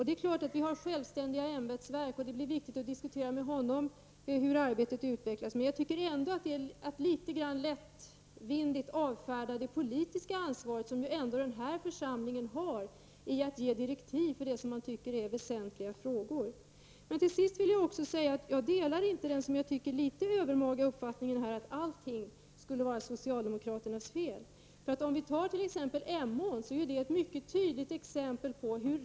Det är klart att vi har självständiga ämbetsverk och att det är viktigt att diskutera med honom om hur arbetet utvecklas. Men jag tycker ändå att det är ett något lättvindigt sätt att avfärda det politiska ansvar som ändå denna församling har när det gäller att ge direktiv i väsentliga frågor. Jag delar inte den som jag tycker något övermaga uppfattningen att allting skulle vara socialdemokraternas fel. Låt oss exempelvis ta fallet med Emån.